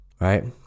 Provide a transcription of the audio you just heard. right